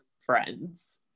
friends